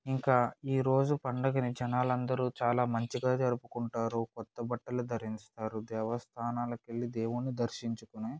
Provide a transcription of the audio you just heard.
ఇంకా ఈరోజు పండుగని జనాలందరూ చాలా మంచిగా జరుపుకుంటారు కొత్త బట్టలు ధరిస్తారు దేవస్థానాలకెళ్ళి దేవుడ్ని దర్శించుకొని